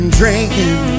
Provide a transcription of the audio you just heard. drinking